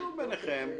שבו ביניכם.